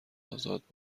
ازاد